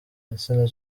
igitsina